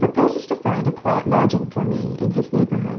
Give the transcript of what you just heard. and proposes to find a quiet lodging for me in his neighborhood.